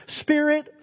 spirit